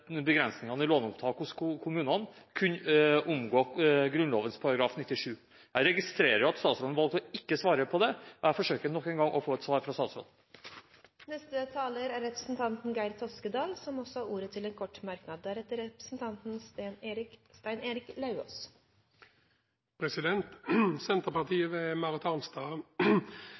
begrensningene i låneopptak hos kommunene kunne omgå Grunnloven § 97. Jeg registrerer at statsråden valgte ikke å svare på det. Jeg forsøker nok en gang å få et svar fra statsråden. Representanten Geir S. Toskedal har hatt ordet to ganger tidligere og får ordet til en kort merknad, begrenset til 1 minutt. Senterpartiet ved representanten